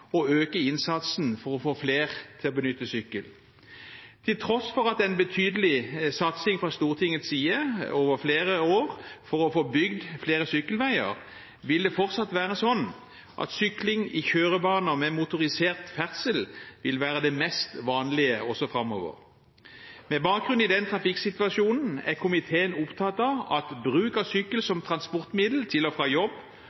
å øke innsatsen for å få flere til å benytte sykkel. Til tross for en betydelig satsing fra Stortingets side over flere år for å få bygd flere sykkelveier, vil det fortsatt være sånn at sykling i kjørebaner med motorisert ferdsel vil være det mest vanlige også framover. Med bakgrunn i den trafikksituasjonen er komiteen opptatt av at bruk av sykkel som transportmiddel til og fra jobb